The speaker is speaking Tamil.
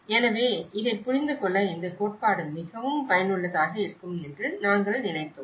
எனவே இதைப் புரிந்துகொள்ள இந்த கோட்பாடு மிகவும் பயனுள்ளதாக இருக்கும் என்று நாங்கள் நினைத்தோம்